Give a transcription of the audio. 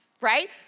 right